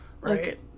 Right